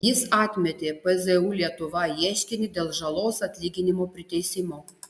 jis atmetė pzu lietuva ieškinį dėl žalos atlyginimo priteisimo